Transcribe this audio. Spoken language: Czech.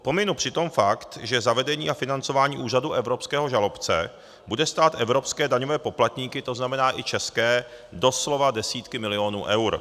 Pominu přitom fakt, že zavedení a financování úřadu evropského žalobce bude stát evropské daňové poplatníky, tzn. i české, doslova desítky milionů eur.